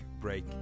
break